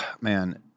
man